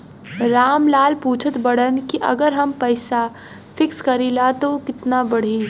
राम लाल पूछत बड़न की अगर हम पैसा फिक्स करीला त ऊ कितना बड़ी?